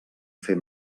fer